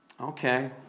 Okay